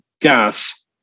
gas